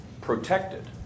protected